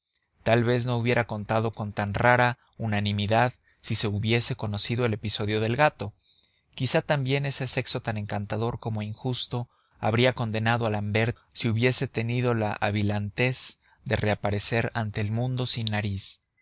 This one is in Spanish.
tal vez no hubiera contado con tan rara unanimidad si se hubiese conocido el episodio del gato quizás también ese sexo tan encantador como injusto habría condenado a l'ambert si hubiese tenido la avilantez de reaparecer ante el mundo sin nariz